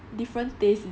different taste is it